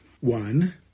One